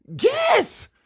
Yes